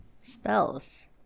spells